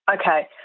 okay